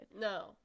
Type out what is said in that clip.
no